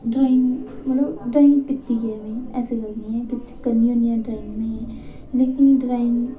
drawing मतलब drawing कीती ऐ में ऐसी गल्ल निं ऐ क करनी होन्नी आं ड्राइंग में लेकिन ड्रांइग